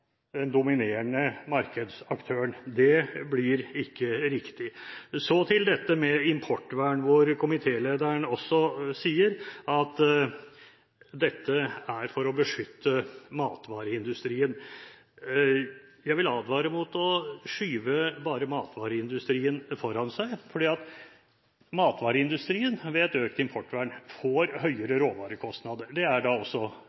den dominerende markedsaktøren. Det blir ikke riktig. Så til dette med importvern. Komitélederen sier at dette er til for å beskytte matvareindustrien. Jeg vil advare mot å skyve matvareindustrien foran seg. Matvareindustrien, ved et økt importvern, får høyere råvarekostnad. Det er også